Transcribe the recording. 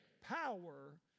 Power